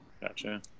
Gotcha